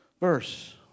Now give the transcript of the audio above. verse